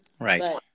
right